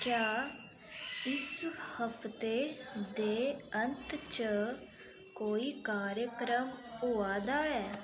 क्या इस हफ्ते दे अंत च कोई कार्यक्रम होआ दा ऐ